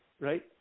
right